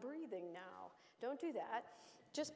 breathing all don't do that just